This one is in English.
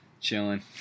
Chilling